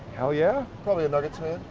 hell, yeah? probably a nuggets fan.